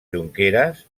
jonqueres